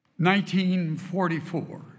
1944